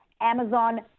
Amazon